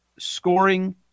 Scoring